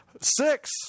six